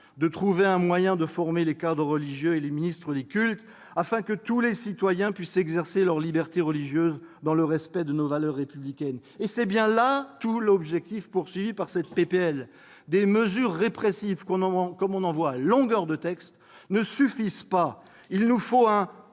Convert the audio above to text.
de trouver un moyen de former les cadres religieux et les ministres des cultes, afin que tous les citoyens puissent exercer leur liberté religieuse dans le respect de nos valeurs républicaines. C'est bien là tout l'objet de ce texte. Les mesures répressives, comme on en voit à longueur de textes, ne suffisant pas, il nous faut un